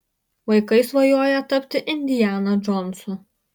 vaikai svajoja tapti indiana džonsu